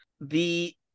The-